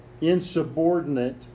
insubordinate